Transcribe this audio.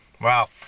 Wow